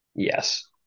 Yes